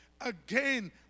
Again